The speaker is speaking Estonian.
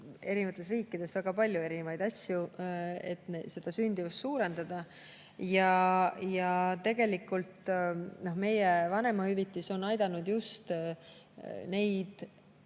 eri riikides väga palju erinevaid asju, et seda sündimust suurendada. Tegelikult meie vanemahüvitis on aidanud just neid